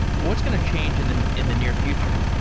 what's going to change in the in the near future?